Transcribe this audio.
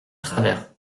travert